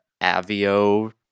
Avio